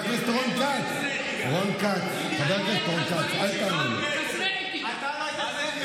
אתה הבעת את דעתך.